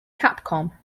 capcom